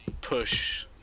push